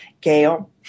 Gail